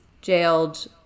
jailed